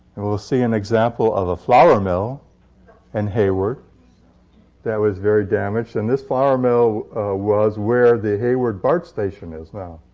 and we'll see an example of a flour mill in and hayward that was very damaged. and this flour mill was where the hayward bart station is now.